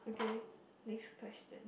okay next question